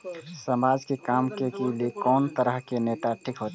समाज के काम करें के ली ये कोन तरह के नेता ठीक होते?